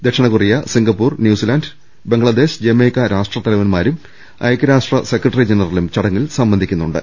ദക്ഷിണ Korea Singapore New Zealand Bangladesh Jamaica രാഷ്ട്ര തലവന്മാരും ഐകൃരാഷ്ട്ര സെക്രട്ടി ജനറലും ചടങ്ങിൽ സംബന്ധിക്കുന്നുണ്ട്